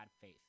faith